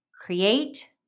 create